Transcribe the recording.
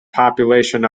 population